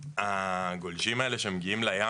הגולשים האלה שמגיעים לים,